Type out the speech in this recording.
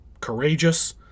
courageous